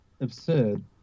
absurd